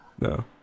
No